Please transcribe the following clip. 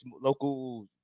local